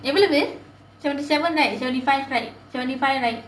எவ்வளவு:evvalavu seventy seven right seventy five right seventy five right